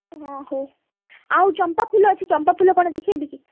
ହଁ ହଉ ଆଉ ଚମ୍ପା ଫୁଲ ଅଛି ଚମ୍ପା ଫୁଲ କ'ଣ ଦେଖାଇବି କି